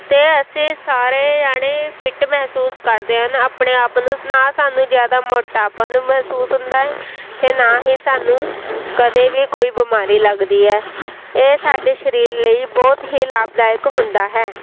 ਅਤੇ ਅਸੀਂ ਸਾਰੇ ਜਣੇ ਫਿੱਟ ਮਹਿਸੂਸ ਕਰਦੇ ਹਨ ਆਪਣੇ ਆਪ ਨੂੰ ਨਾ ਸਾਨੂੰ ਜ਼ਿਆਦਾ ਮੋਟਾਪਨ ਮਹਿਸੂਸ ਹੁੰਦਾ ਅਤੇ ਨਾ ਹੀ ਸਾਨੂੰ ਕਦੇ ਵੀ ਕੋਈ ਬਿਮਾਰੀ ਲੱਗਦੀ ਹੈ ਇਹ ਸਾਡੇ ਸ਼ਰੀਰ ਲਈ ਬਹੁਤ ਹੀ ਲਾਭਦਾਇਕ ਹੁੰਦਾ ਹੈ